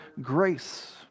grace